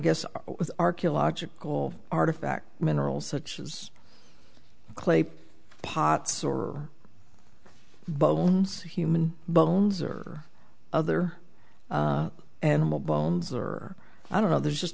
guess is archaeological artifact minerals such as clay pots or bones human bones or other animal bones or i don't know there's just